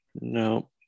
No